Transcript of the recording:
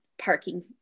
parking